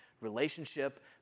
relationship